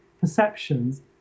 perceptions